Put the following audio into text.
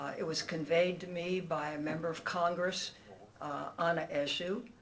it was conveyed to me by a member of congress on an issue.